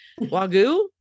Wagyu